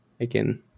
again